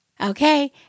Okay